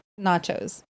nachos